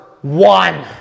One